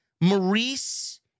Maurice